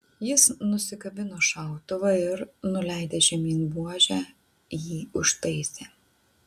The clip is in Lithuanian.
jis nusikabino šautuvą ir nuleidęs žemyn buožę jį užtaisė